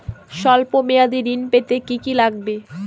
সল্প মেয়াদী ঋণ পেতে কি কি লাগবে?